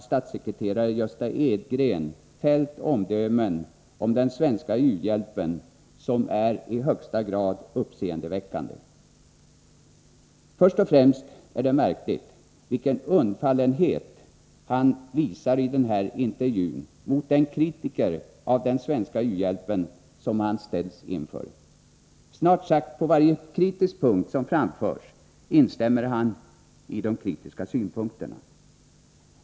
Statssekreterare Gösta Edgren har där fällt omdömen om den svenska u-hjälpen som är i högsta grad uppseendeväckande. Till att börja med är det märkligt vilken undfallenhet han i intervjun visar mot den kritik av den svenska u-hjälpen som han ställs inför. På snart sagt varje punkt instämmer han i de kritiska synpunkterna.